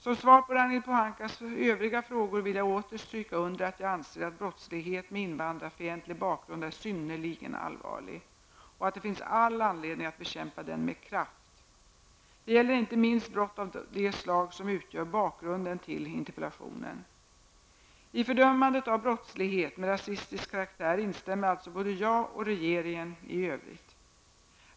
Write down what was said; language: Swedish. Som svar på Ragnhild Pohankas övriga frågor vill jag åter stryka under att jag anser att brottslighet med invandrarfientlig bakgrund är synnerligen allvarlig och att det finns all anledning att bekämpa den med kraft. Det gäller inte minst brott av det slag som utgör bakgrunden till interpellationen. I fördömandet av brottslighet med rasistisk karaktär instämmer alltså både jag och regeringen i övrigt.